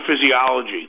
physiology